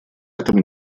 этом